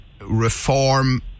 reform